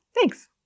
thanks